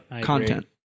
content